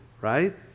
right